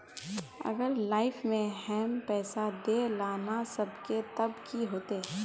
अगर लाइफ में हैम पैसा दे ला ना सकबे तब की होते?